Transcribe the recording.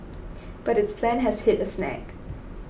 but its plan has hit a snag